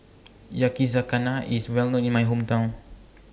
Yakizakana IS Well known in My Hometown